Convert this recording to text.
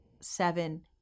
seven